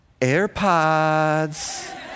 AirPods